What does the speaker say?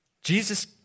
Jesus